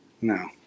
No